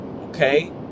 Okay